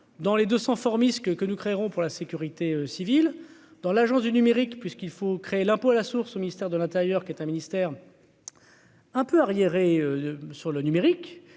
dans les deux sens former ce que que nous créerons pour la sécurité civile, dans l'agence du numérique, puisqu'il faut créer l'impôt à la source au ministère de l'Intérieur qui est un ministère un peu arriérés sur le numérique